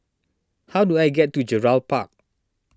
how do I get to Gerald Park